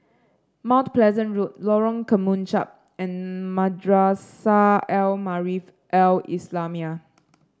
Mount Pleasant Road Lorong Kemunchup and Madrasah Al Maarif Al Islamiah